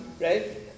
right